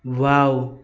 wow